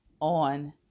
on